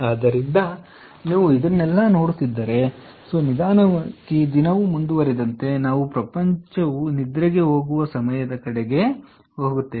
ಆದ್ದರಿಂದ ನೀವು ಇದನ್ನೆಲ್ಲ ನೋಡುತ್ತೀರಿ ಮತ್ತು ನಂತರ ನಿಧಾನವಾಗಿ ನೀವು ನೋಡುತ್ತೀರಿ ದಿನವು ಮುಂದುವರೆದಂತೆ ನಾವು ಪ್ರಪಂಚವು ನಿದ್ರೆಗೆ ಹೋಗುವ ಸಮಯದ ಕಡೆಗೆ ಹೋಗುತ್ತೇವೆ